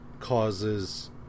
Causes